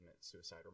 suicide